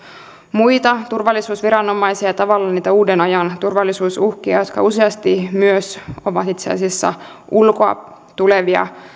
muita turvallisuusviranomaisia ja tavallaan niitä uuden ajan turvallisuusuhkia jotka useasti myös ovat itse asiassa ulkoa tulevia